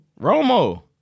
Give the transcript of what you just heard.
Romo